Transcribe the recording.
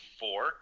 four